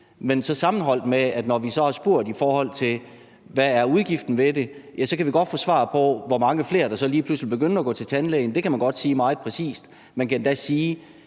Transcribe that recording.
på spørgsmål om det, men når vi så har spurgt om, hvad udgiften er ved det, kan vi godt få svar på, hvor mange flere der så lige pludselig begynder at gå til tandlæge, for det kan man godt sige meget præcist. Man kan endda sige,